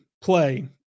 play